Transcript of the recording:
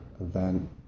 event